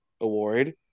Award